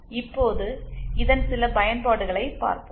இப்போது இதன் சில பயன்பாடுகளைப் பார்ப்போம்